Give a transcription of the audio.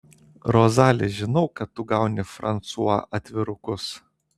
rozali žinau kad tu gauni fransua atvirukus